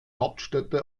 hauptstädte